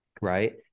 right